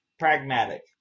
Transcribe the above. Pragmatic